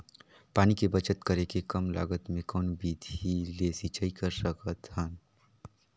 पानी के बचत करेके कम लागत मे कौन विधि ले सिंचाई कर सकत हन?